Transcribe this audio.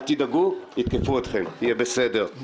אל תדאגו, יתקפו אתכם, יהיה בסדר.